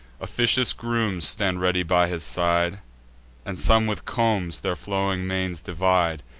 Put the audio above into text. officious grooms stand ready by his side and some with combs their flowing manes divide,